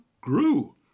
grew